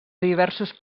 diversos